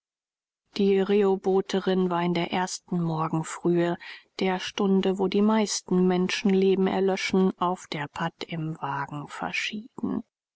die rehobotherin war in der ersten morgenfrühe der stunde wo die meisten menschenleben erlöschen auf der pad im wagen verschieden